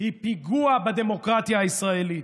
היא פיגוע בדמוקרטיה הישראלית,